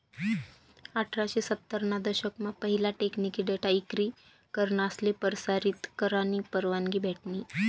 अठराशे सत्तर ना दशक मा पहिला टेकनिकी डेटा इक्री करनासले परसारीत करानी परवानगी भेटनी